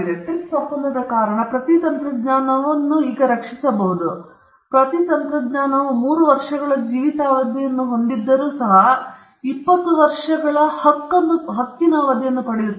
trips ಒಪ್ಪಂದದ ಕಾರಣದಿಂದ ಪ್ರತಿ ತಂತ್ರಜ್ಞಾನವೂ ಈಗ ರಕ್ಷಿಸಬಲ್ಲದು ಪ್ರತಿ ತಂತ್ರಜ್ಞಾನವು 3 ವರ್ಷಗಳ ಜೀವಿತಾವಧಿಯನ್ನು ಹೊಂದಿದ್ದರೂ ಸಹ ಇನ್ನೂ 20 ವರ್ಷಗಳ ಅವಧಿಯನ್ನು ಪಡೆಯುತ್ತದೆ